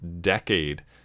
decade